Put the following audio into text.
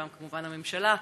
כמובן הממשלה.